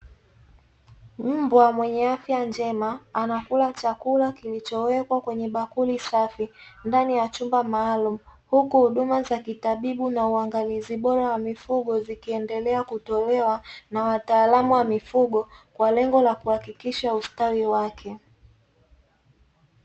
Mbwa mwenye afya njema anakula chakula kilichowekwa kwenye bakuli safi, ndani ya chumba maalumu. Huku huduma za kitabibu na uangalizi bora wa mifugo, zikiendelea kutolewa na wataalamu wa mifugo kwa lengo la kuhakikisha ustawi wake.